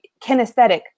kinesthetic